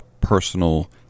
personal